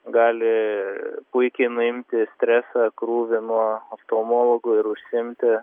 gali puikiai nuimti stresą krūvį nuo oftalmologų ir užsiimti